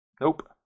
Nope